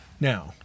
now